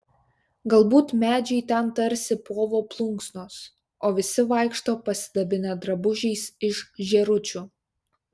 galbūt medžiai ten tarsi povo plunksnos o visi vaikšto pasidabinę drabužiais iš žėručių